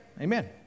amen